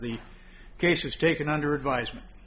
the cases taken under advisement